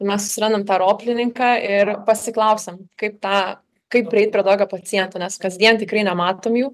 mes susirandam tą roplininką ir pasiklausiam kaip tą kaip prieit prie tokio paciento nes kasdien tikrai nematom jų